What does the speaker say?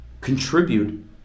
contribute